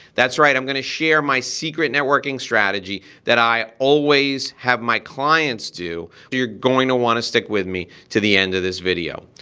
that's right, i'm gonna share my secret networking strategy that i always have my clients do. you're going to wanna stick with me to the end of this video.